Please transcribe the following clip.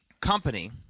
company